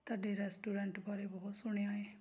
ਤੁਹਾਡੇ ਰੈਸਟੋਰੈਂਟ ਬਾਰੇ ਬਹੁਤ ਸੁਣਿਆ ਹੈ